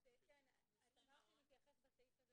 את אמרת שנתייחס פה בסעיף הזה